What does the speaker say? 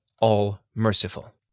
all-merciful